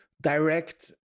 direct